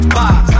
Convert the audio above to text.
box